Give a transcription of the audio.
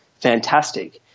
fantastic